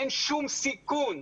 אין שום סיכון,